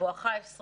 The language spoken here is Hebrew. בואכה 2021